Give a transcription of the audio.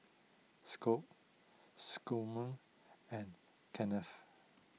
Scot Scomer and Kennth